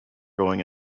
going